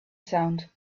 sound